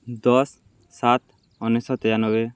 ଦଶ ସାତ ଉଣେଇଶ ଶହ ତେୟାନବେ